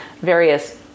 various